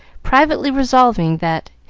privately resolving that,